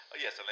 Yes